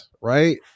right